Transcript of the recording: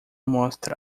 mostra